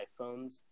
iPhones